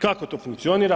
Kako to funkcionira?